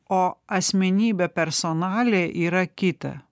o asmenybė personalija yra kita